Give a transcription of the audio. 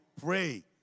pray